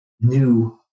new